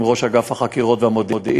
עם ראש אגף החקירות והמודיעין,